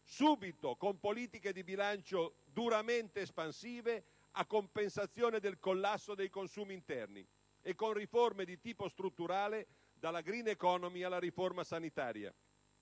subito con politiche di bilancio duramente espansive a compensazione del collasso dei consumi interni, e con riforme di tipo strutturale, dalla *green economy* alla riforma sanitaria,